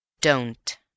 Don't